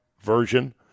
version